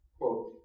Quote